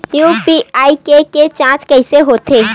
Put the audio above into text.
UPI के के जांच कइसे होथे?